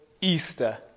Easter